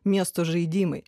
miesto žaidimai